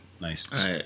nice